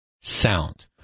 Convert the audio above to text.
sound